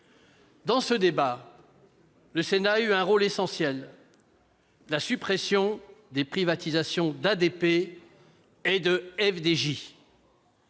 Dans ce débat, le Sénat a eu un rôle essentiel : supprimer les privatisations d'ADP et de La